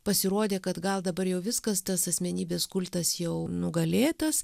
pasirodė kad gal dabar jau viskas tas asmenybės kultas jau nugalėtas